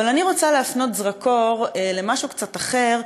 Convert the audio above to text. אבל אני רוצה להפנות זרקור למשהו קצת אחר,